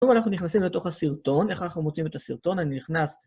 טוב, אנחנו נכנסים לתוך הסרטון, איך אנחנו מוצאים את הסרטון, אני נכנס...